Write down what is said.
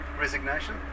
resignation